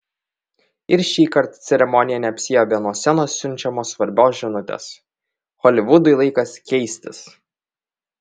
ir šįkart ceremonija neapsiėjo be nuo scenos siunčiamos svarbios žinutės holivudui laikas keistis